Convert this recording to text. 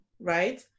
right